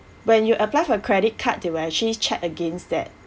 when you apply for credit card they will actually check against that